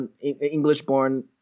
English-born